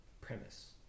premise